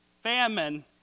famine